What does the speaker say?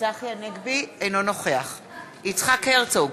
אינו נוכח יצחק הרצוג,